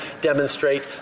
demonstrate